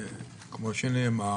כפי שנאמר